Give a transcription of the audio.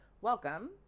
welcome